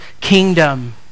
kingdom